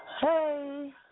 Hey